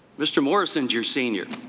mr. morrison is your senior.